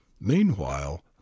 meanwhile